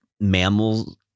mammals